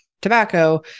tobacco